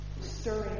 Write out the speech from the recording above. stirring